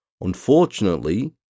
unfortunately